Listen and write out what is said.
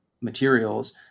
materials